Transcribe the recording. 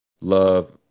Love